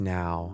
now